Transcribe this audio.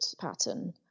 pattern